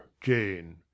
jane